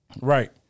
right